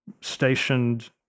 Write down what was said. stationed